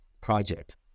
project